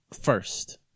first